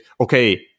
okay